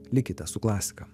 likite su klasika